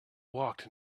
walked